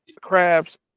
crabs